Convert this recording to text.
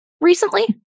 recently